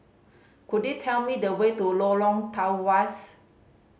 could you tell me the way to Lorong Tawas